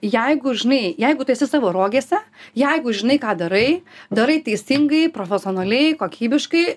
jeigu žinai jeigu tu esi savo rogėse jeigu žinai ką darai darai teisingai profesionaliai kokybiškai